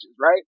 right